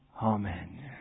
Amen